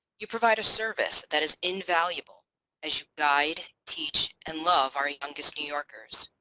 you provide a service that is invaluable as you guide, teach, and love our youngest new yorkers.